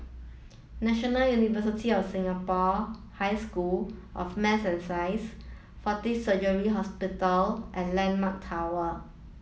National University of Singapore High School of Math and Science Fortis Surgical Hospital and Landmark Tower